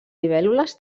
libèl·lules